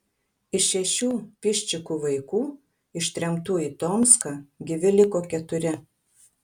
iš šešių piščikų vaikų ištremtų į tomską gyvi liko keturi